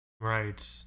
Right